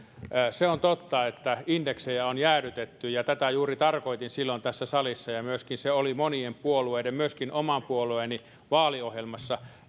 se on totta että indeksejä on jäädytetty ja tätä juuri tarkoitin silloin tässä salissa ja myöskin se oli monien puolueiden myöskin oman puolueeni vaaliohjelmassa